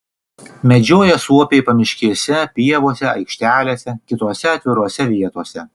medžioja suopiai pamiškėse pievose aikštelėse kitose atvirose vietose